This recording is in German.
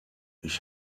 ich